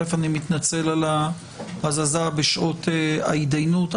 ראשית, אני מתנצל על ההזזה בשעות ההתדיינות.